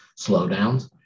slowdowns